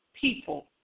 people